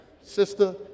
Sister